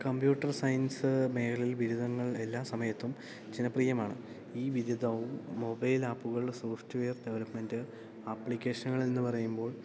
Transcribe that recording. computer science മേഖലയിൽ ബിരുദങ്ങൾ എല്ലാ സമയത്തും ജനപ്രിയമാണ് ഈ ബിരുദവും മൊബൈൽ ആപ്പുകളുടെ സോഫ്റ്റ്വെയർ ഡെവലപ്മെൻറ്റ് ആപ്ലിക്കേഷനുകൾ എന്ന് പറയുമ്പോൾ